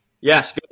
Yes